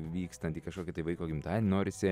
vykstant į kažkokį tai vaiko gimtadienį norisi